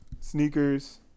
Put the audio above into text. Sneakers